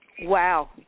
wow